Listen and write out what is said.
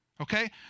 Okay